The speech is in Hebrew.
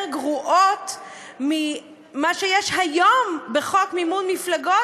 גרועות ממה שיש היום בחוק מימון מפלגות,